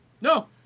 No